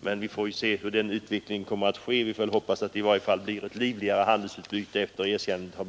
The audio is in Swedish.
Men vi får se hur utvecklingen blir — vi får hoppas att det i varje fall blir ett livligare handelsutbyte efter erkännandet.